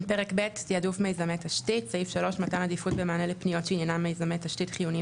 מתן עדיפות במענה לפניות שעניינן מיזמי תשתית חיוניים